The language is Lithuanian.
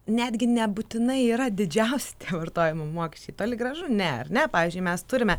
netgi nebūtinai yra didžiausi vartojimo mokesčiai toli gražu ne ar ne pavyzdžiui mes turime